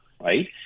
right